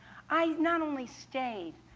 i not only stayed,